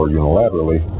unilaterally